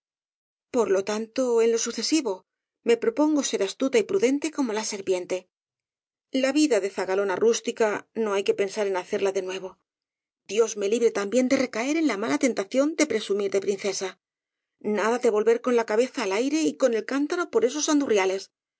por lo tanto en lo sucesivo me propongo ser as tuta y prudente como la serpiente la vida de zagalona rústica no hay que pensar en hacerla de nue vo dios me libre también de recaer en la mala ten tación de presumir de princesa nada de volver con la cabeza al aire y con el cántaro por esos andurria